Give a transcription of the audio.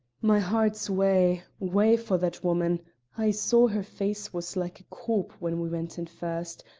my heart's wae, wae for that woman i saw her face was like a corp when we went in first,